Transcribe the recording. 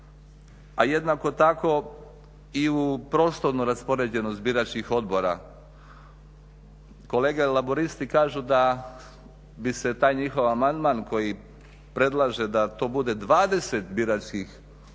a jednako tako i u prostornu raspoređenost biračkih odbora. Kolege Laburisti kažu da bi se taj njihov amandman koji predlaže da to bude 20 biračkih odbora